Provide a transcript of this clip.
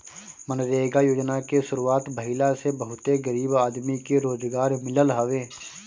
मनरेगा योजना के शुरुआत भईला से बहुते गरीब आदमी के रोजगार मिलल हवे